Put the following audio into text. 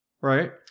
Right